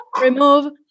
remove